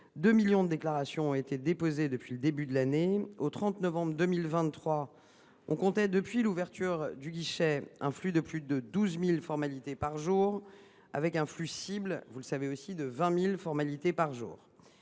millions de déclarations ont été déposées depuis le début de l’année. Au 30 novembre 2023, on comptait depuis l’ouverture du guichet un flux de plus de 12 000 formalités par jour, avec un objectif de 20 000 formalités par jour.